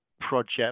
project